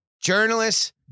journalists